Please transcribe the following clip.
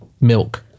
milk